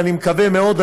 ואני מקווה מאוד,